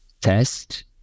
test